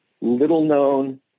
little-known